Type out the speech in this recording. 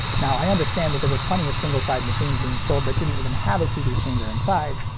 now, i understand that there were plenty of single side machines being sold that didn't even have a cd changer inside.